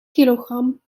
kilogram